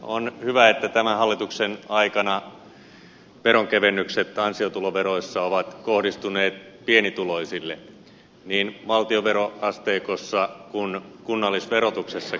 on hyvä että tämän hallituksen aikana veronkevennykset ansiotuloveroissa ovat kohdistuneet pienituloisille niin valtionveroasteikossa kuin kunnallisverotuksessakin